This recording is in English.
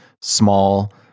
small